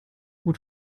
gut